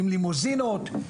עם לימוזינות,